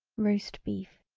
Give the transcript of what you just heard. roastbeef.